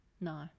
no